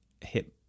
hit